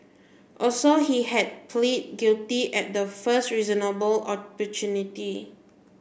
also he had pleaded guilty at the first reasonable opportunity